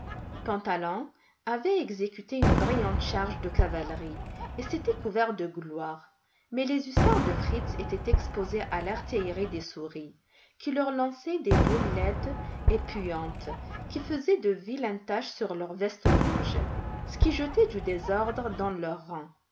pantalon avait exécuté une brillante charge de cavalerie et s'était couvert de gloire mais les hussards de fritz étaient exposés à l'artillerie des souris qui leur lançaient des boules laides et puantes qui faisaient de vilaines taches sur leurs vestes rouges ce qui jetait du désordre dans leurs rangs